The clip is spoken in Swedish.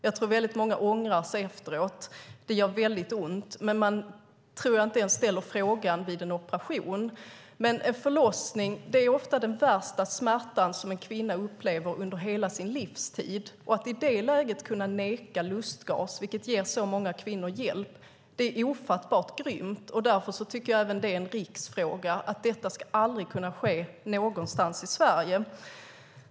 Jag tror att många ångrar sig efteråt. Det gör väldigt ont. Men jag tror inte ens att man ställer frågan vid en operation. En förlossning är ofta den värsta smärta som en kvinna upplever under hela sin livstid. Att i det läget kunna neka lustgas, vilket ger så många kvinnor hjälp, är ofattbart grymt. Därför tycker jag att även det är en riksfråga. Detta ska aldrig kunna ske någonstans i Sverige.